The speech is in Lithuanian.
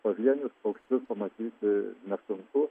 pavienius paukščius pamatyti nesunku